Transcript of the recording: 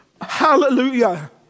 Hallelujah